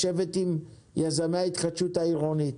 יש לשבת עם יזמי ההתחדשות העירונית.